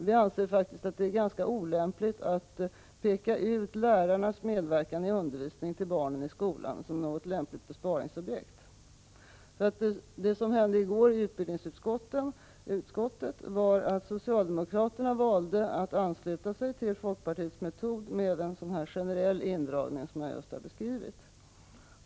Vi anser faktiskt att det är ganska olämpligt att peka ut lärarnas medverkan i undervisningen av barnen i skolan som ett passande besparingsobjekt. Det som hände i går i utbildningsutskottet var att socialdemokraterna valde att ansluta sig till folkpartiets metod med en sådan generell indragning som jag just har beskrivit.